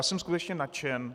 Jsem skutečně nadšen.